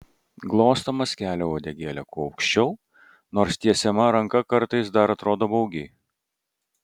glostomas kelia uodegėlę kuo aukščiau nors tiesiama ranka kartais dar atrodo baugiai